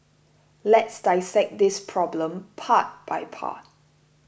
let's dissect this problem part by part